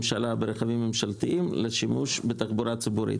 ממשלה ברכבים ממשלתיים לשימוש בתחבורה ציבורית.